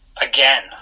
again